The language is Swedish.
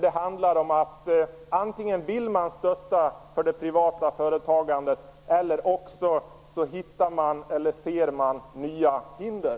Det handlar om att antingen vill man stötta det privata företagandet eller också ser man bara nya hinder.